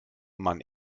man